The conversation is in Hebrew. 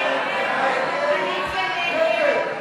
ההסתייגויות לסעיף 09,